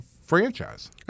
franchise